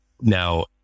Now